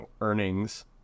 earnings